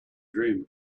dream